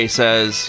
says